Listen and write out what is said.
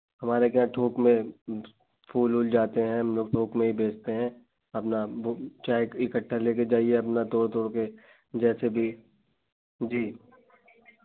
हमारे के यहाँ थोक में फूल ऊल जाते हैं हम लोग थोक में ही बेचते हैं अपना वह चाहे इकट्ठा ले कर जाइए तोड़ तोड़ कर जैसे भी जी